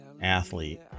athlete